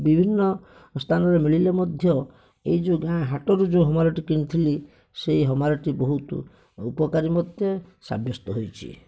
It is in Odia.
ବିଭିନ୍ନ ସ୍ଥାନରେ ମିଳିଲେ ମଧ୍ୟ ଏଇ ଯେଉଁ ଗାଁ ହାଟରେ ଯେଉଁ ହାମରଟି କିଣିଥିଲି ସେହି ହାମରଟି ବହୁତ ଉପକାରୀ ମୋତେ ସାବସ୍ତ୍ୟ ହୋଇଛି